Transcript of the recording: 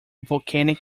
volcanic